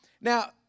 Now